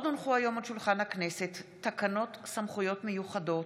הצעת חוק העונשין (תיקון מס' 140 והוראת שעה)